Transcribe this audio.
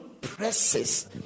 presses